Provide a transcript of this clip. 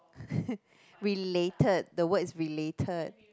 related the word is related